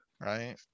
right